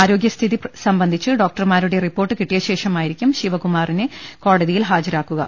ആരോ ഗൃ സ്ഥിതി സംബ ്ധിച്ച് ഡോക്ടർമാരുടെ റിപ്പോർട്ട് കിട്ടിയ ശേഷമായിരിക്കും ശിവകു മാറിനെ കോടതിയിൽ ഹാജരാക്കുക